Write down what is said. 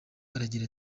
aragira